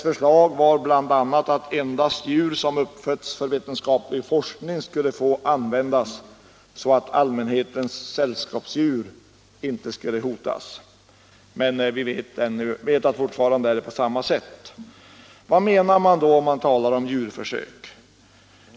Förslaget gick bl.a. ut på att endast djur som uppfötts för vetenskaplig forskning skulle få användas som försöksdjur så att allmänhetens sällskapsdjur inte hotades. Men vi vet att förhållandena ännu är desamma som tidigare. Vad menas då med djurförsök?